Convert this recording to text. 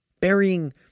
burying